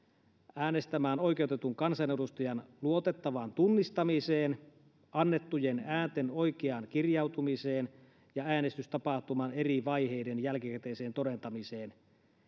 äänestämään oikeutetun kansanedustajan luotettavaan tunnistamiseen annettujen äänten oikeaan kirjautumiseen ja äänestystapahtuman eri vaiheiden jälkikäteiseen todentamiseen